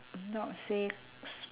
um not say s~